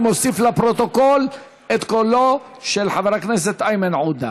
אני מוסיף לפרוטוקול את קולו של חבר הכנסת איימן עודה.